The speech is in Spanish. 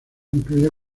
incluye